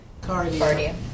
Cardia